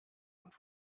und